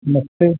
नमस्ते